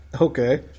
okay